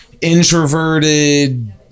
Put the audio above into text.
introverted